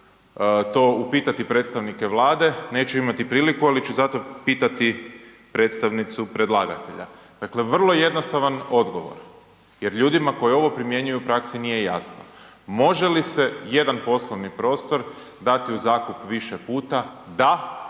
to upitati predstavnike Vlade, neću imati priliku, ali ću zato pitati predstavnicu predlagatelja. Dakle, vrlo jednostavan odgovor jer ljudima koji ovo primjenjuju u praksi nije jasno, može li se jedan poslovni prostor dati u zakup više puta, da